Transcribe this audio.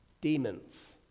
demons